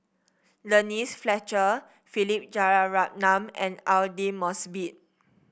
Denise Fletcher Philip Jeyaretnam and Aidli Mosbit